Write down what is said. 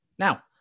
Now